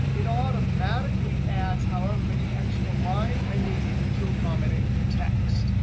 it automatically adds however many extra lines i need to accommodate the text.